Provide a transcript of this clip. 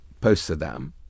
post-Saddam